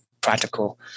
practical